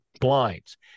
blinds